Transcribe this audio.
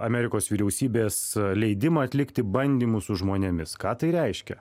amerikos vyriausybės leidimą atlikti bandymus su žmonėmis ką tai reiškia